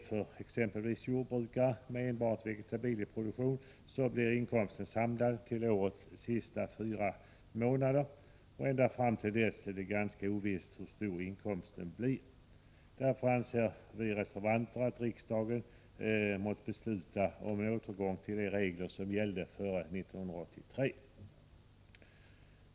För exempelvis jordbrukare med enbart vegetabilieproduktion blir inkomsten samlad till årets sista fyra månader. Ända fram till dess är det ganska ovisst hur stor inkomsten blir. Därför anser vi reservanter att riksdagen måtte besluta om en tillbakagång till de regler som gällde före 1983.